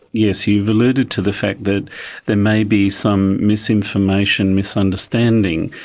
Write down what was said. yes, you've alluded to the fact that there may be some misinformation, misunderstanding,